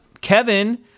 Kevin